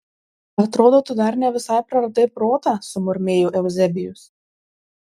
atrodo tu dar ne visai praradai protą sumurmėjo euzebijus